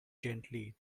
gently